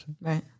Right